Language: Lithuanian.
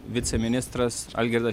viceministras algirdas